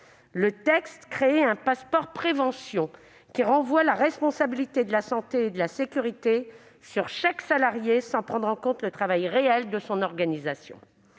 ; elle crée un passeport prévention, mais celui-ci renvoie la responsabilité de la santé et de la sécurité sur chaque salarié, sans prendre en compte le travail réel et son organisation.